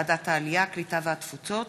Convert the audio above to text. ועדת העלייה, הקליטה והתפוצות.